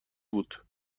بود